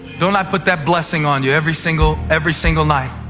don't i put that blessing on you every single every single night?